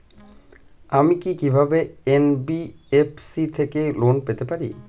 আমি কি কিভাবে এন.বি.এফ.সি থেকে লোন পেতে পারি?